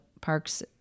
parks